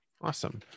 Awesome